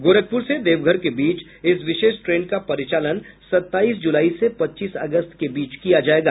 गोरखपुर से देवघर के बीच इस विशेष ट्रेन का परिचालन सताईस जुलाई से पच्चीस अगस्त के बीच किया जाएगा